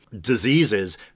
diseases